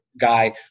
guy